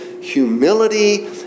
humility